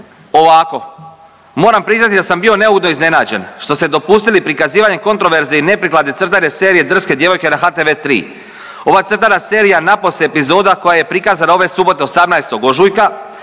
ovako: „Moram priznati da sam bio neugodno iznenađen što ste dopustili prikazivanje kontroverzne i neprikladne crtane serije drske djevojke na HTV3. Ova crtana serija napose epizoda koja je prikazana ove subote, 18. ožujka